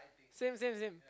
same same same